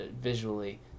visually